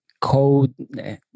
code